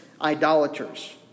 idolaters